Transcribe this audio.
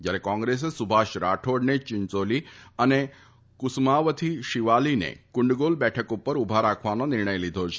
જ્યારે કોંગ્રેસે સુભાષ રાઠોડને ચીંચોલી તથા કુસુમાવથી શીવાલીને કુંડગોલ બેઠક પર ઉભા રાખવાનો નિર્ણય લીધો છે